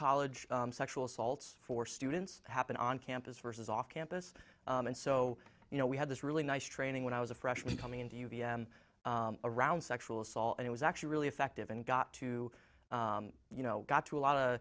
college sexual assaults for students happened on campus versus off campus and so you know we had this really nice training when i was a freshman coming into the n around sexual assault and it was actually really effective and got to you know got to a lot of